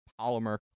polymer